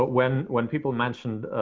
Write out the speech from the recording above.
ah when when people mentioned,